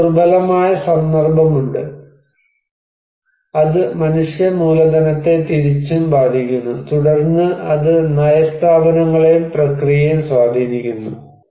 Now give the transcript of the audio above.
നമുക്ക് ദുർബലമായ സന്ദർഭമുണ്ട് അത് മനുഷ്യ മൂലധനത്തെ തിരിച്ചും ബാധിക്കുന്നു തുടർന്ന് അത് നയ സ്ഥാപനങ്ങളെയും പ്രക്രിയയെയും സ്വാധീനിക്കുന്നു